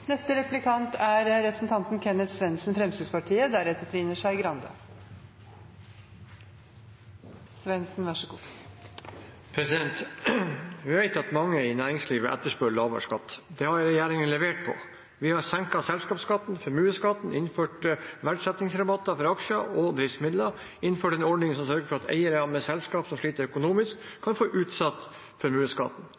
Vi vet at mange i næringslivet etterspør lavere skatt. Der har regjeringen levert: Vi har senket selskapsskatten og formuesskatten, innført verdsettingsrabatter for aksjer og driftsmidler, innført en ordning som sørger for at eiere av selskap som sliter økonomisk,